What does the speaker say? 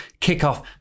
kickoff